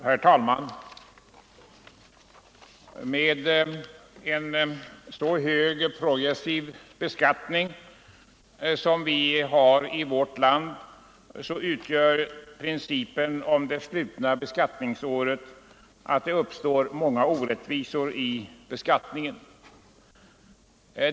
Herr talman! Med en så hög progressiv beskattning som vi har i vårt land medför principen om det slutna beskattningsåret att det uppstår många orättvisor i beskattningen.